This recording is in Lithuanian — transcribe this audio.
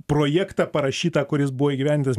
projektą parašytą kuris buvo įgyvendintas